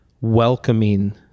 welcoming